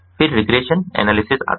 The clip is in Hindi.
फिर रिग्रेशन प्रतिगमनएनालिसिस आता है